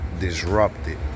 disrupted